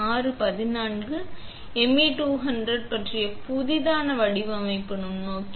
ஏனெனில் MA200 பற்றி புதிதாக வடிவமைக்கப்பட்ட நுண்ணோக்கி